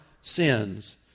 sins